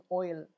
oil